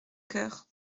coeur